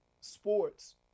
sports